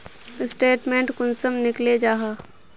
Statement कुंसम निकले जाहा?